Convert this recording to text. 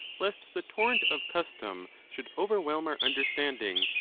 lest the torrent of custom should overwhelm our understanding,